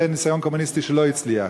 זה ניסיון קומוניסטי שלא הצליח,